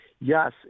Yes